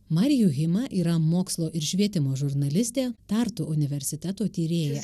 mariju hima yra mokslo ir švietimo žurnalistė tartu universiteto tyrėja